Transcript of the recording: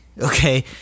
okay